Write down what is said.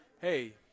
hey